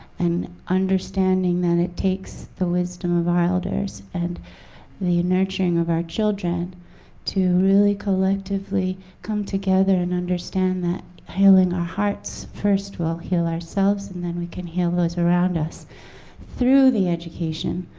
and understanding that it takes the wisdom of our elders and the nurturing of our children to really collectively come together, and understand that healing our hearts, first, will heal ourselves. and then we can heal those around us through the education.